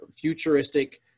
futuristic